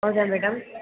ಹೌದಾ ಮೇಡಮ್